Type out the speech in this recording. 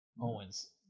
Owens